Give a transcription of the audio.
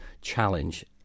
challenge